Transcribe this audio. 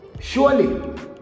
Surely